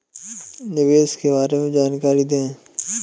निवेश के बारे में जानकारी दें?